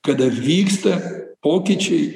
kada vyksta pokyčiai